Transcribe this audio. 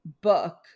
book